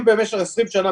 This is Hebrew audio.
אם במשך 20 שנה,